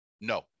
No